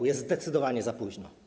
To jest zdecydowanie za późno.